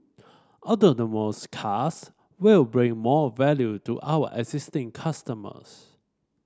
autonomous cars will bring more value to our existing customers